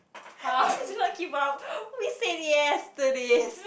how did you do not keep up we said yes to this